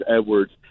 Edwards